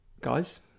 guys